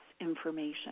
information